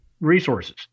resources